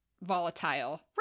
volatile